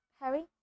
Harry